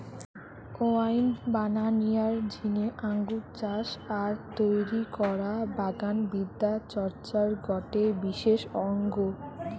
wine বানানিয়ার জিনে আঙ্গুর চাষ আর তৈরি করা বাগান বিদ্যা চর্চার গটে বিশেষ অঙ্গ